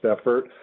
effort